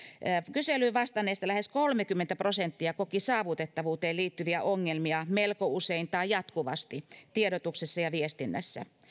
kyselyyn vastanneista lähes kolmekymmentä prosenttia koki saavutettavuuteen liittyviä ongelmia melko usein tai jatkuvasti tiedotuksessa ja viestinnässä